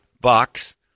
box